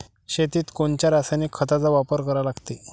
शेतीत कोनच्या रासायनिक खताचा वापर करा लागते?